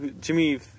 Jimmy